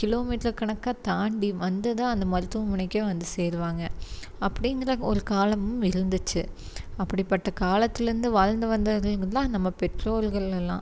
kilometre கணக்காக தாண்டி வந்து தான் அந்த மருத்துவமனைக்கே வந்து சேருவாங்க அப்படீங்கிற ஒரு காலமும் இருந்துச்சு அப்படிப்பட்ட காலத்துலேருந்து வாழ்ந்து வந்தவங்க தான் நம்ம பெற்றோர்கள் எல்லாம்